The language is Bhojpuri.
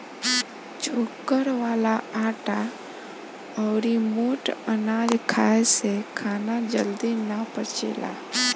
चोकर वाला आटा अउरी मोट अनाज खाए से खाना जल्दी ना पचेला